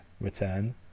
return